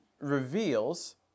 reveals